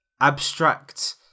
abstract